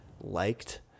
liked